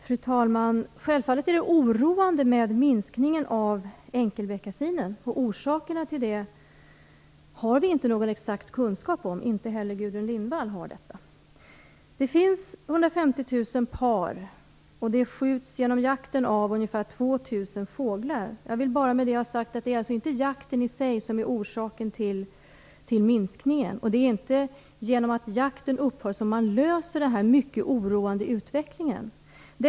Fru talman! Självfallet är minskningen av antalet enkelbeckasiner oroande, och orsakerna till den har vi inte någon exakt kunskap om. Det har inte heller Gudrun Lindvall. Det finns 150 000 par, och genom jakten skjuts ca 2 000 fåglar av. Jag vill med det bara ha sagt att det alltså inte är jakten i sig som är orsaken till minskningen. Det är inte genom att jakten upphör som man kan vända den här mycket oroande utvecklingen.